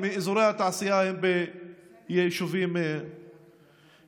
מאזורי התעשייה הם ביישובים ערביים.